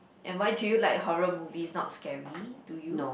and why do you like horror movies not scary to you